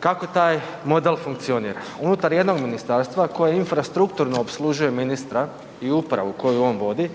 Kako taj model funkcionira? Unutar jednog ministarstva koje infrastrukturno opslužuje ministra i upravu koju on vodi,